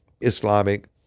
Islamic